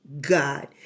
God